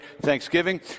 Thanksgiving